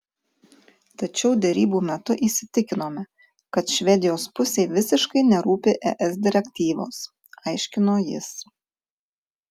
tačiau derybų metu įsitikinome kad švedijos pusei visiškai nerūpi es direktyvos aiškino jis